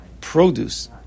produce